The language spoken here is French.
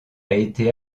été